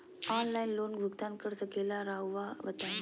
Online loan भुगतान कर सकेला राउआ बताई?